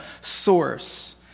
source